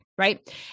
Right